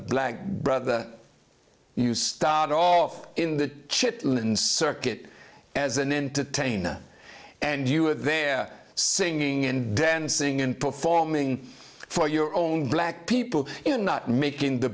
black brother you start off in the chitlins work it as an entertainer and you are there singing and dancing and performing for your own black people in not making the